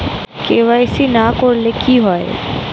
KYC না করলে কি হয়?